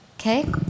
Okay